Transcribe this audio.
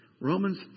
Romans